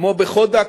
כמו ועדת-חודק,